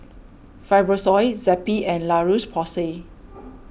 Fibrosol Zappy and La Roche Porsay